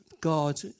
God